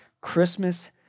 Christmas